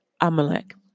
Amalek